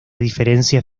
diferencia